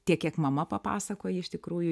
tiek kiek mama papasakoja iš tikrųjų